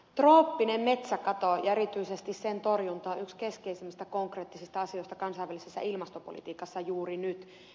trooppinen metsäkato ja erityisesti sen torjunta on yksi keskeisimmistä konkreettisista asioista kansainvälisessä ilmastopolitiikassa juuri nyt